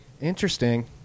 Interesting